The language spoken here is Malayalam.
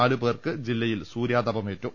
നാലു പേർക്ക് ജില്ലയിൽ സൂര്യാത പമേറ്റു